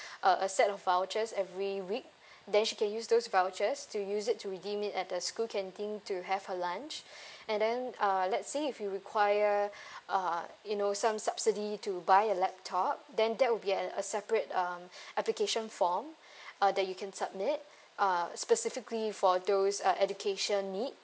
uh a set of vouchers every week then she can use those vouchers to use it to redeem it at the school canteen to have her lunch and then uh let's say if you require uh you know some subsidy to buy a laptop then that would be uh a separate um application form uh that you can submit uh specifically for those uh education needs